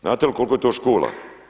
Znate li koliko je to škola?